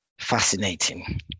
Fascinating